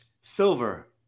silver